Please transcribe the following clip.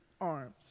arms